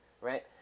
right